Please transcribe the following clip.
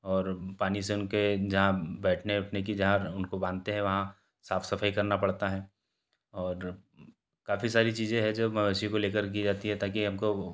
और पानी से उनके जहाँ बैठने उठने की जहाँ उनको बांधते हैं वहाँ साफ़ सफ़ाई करना पड़ता है और काफ़ी सारी चीज़ें हैं जो मवेशियों को लेकर की जाती है ताकि आपका वो